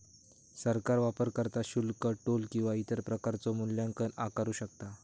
सरकार वापरकर्ता शुल्क, टोल किंवा इतर प्रकारचो मूल्यांकन आकारू शकता